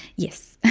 yes!